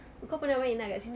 kau pernah main lah kat situ